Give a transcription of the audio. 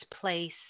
place